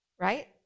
Right